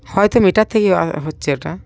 হয়তো মিটার থেকেই হচ্ছে ওটা